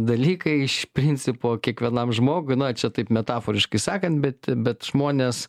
dalykai iš principo kiekvienam žmogui na čia taip metaforiškai sakant bet bet žmonės